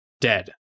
dead